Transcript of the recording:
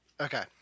Okay